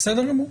בסדר גמור.